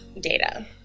data